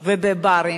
ובברים.